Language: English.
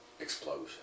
Explosion